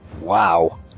Wow